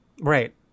Right